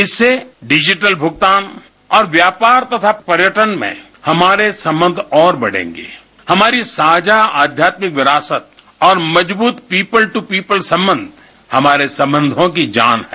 इससे डिजिटल भूगतान और व्यापार तथा पर्यटन में हमारे संबंध और बढ़ेंगे हमारी साझा आध्यात्मिक विरासत और मजबूत पीपूल ट पीपूल संबंध हमारे संबंधों की जान है